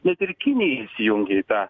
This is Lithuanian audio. net ir kinija įsijungė į tą